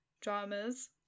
dramas